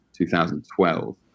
2012